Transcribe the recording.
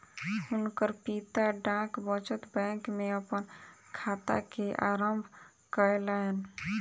हुनकर पिता डाक बचत बैंक में अपन खाता के आरम्भ कयलैन